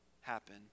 happen